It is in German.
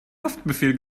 haftbefehl